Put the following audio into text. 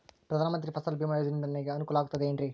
ಪ್ರಧಾನ ಮಂತ್ರಿ ಫಸಲ್ ಭೇಮಾ ಯೋಜನೆಯಿಂದ ನನಗೆ ಅನುಕೂಲ ಆಗುತ್ತದೆ ಎನ್ರಿ?